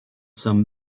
some